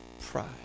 pride